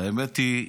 האמת היא,